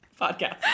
podcast